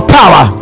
power